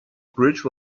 bridge